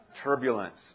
turbulence